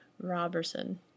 Roberson